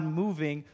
moving